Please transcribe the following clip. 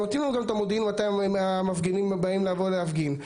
הם נותנים לנו גם את המודיעין מתי המפגינים באים לבוא להפגין,